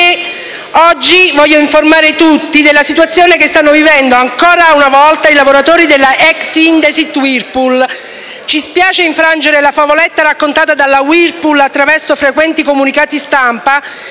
per informare tutti voi della situazione che stanno vivendo ancora una volta i lavoratori della ex Indesit-Whirlpool. Ci spiace infrangere la favoletta raccontata dalla Whirpool attraverso frequenti comunicati stampa